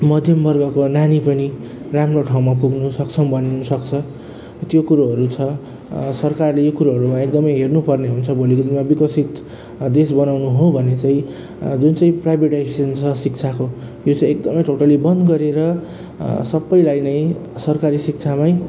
मध्यम वर्गको नानी पनि राम्रो ठाउँमा पुग्नु सक्षम बनिनु सक्छ त्यो कुरोहरू छ सरकारले यो कुरोहरूलाई एकदमै हेर्नु पर्ने हुन्छ भोलिको दिनमा विकसित देश बनाउनु हो भने चाहिँ जुन चाहिँ प्राइभेटाइजेसन छ शिक्षाको त्यो चाहिँ एकदमै टोटल्ली बन्द गरेर सबैलाई नै सरकारी शिक्षामै